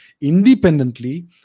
independently